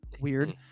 weird